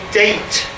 date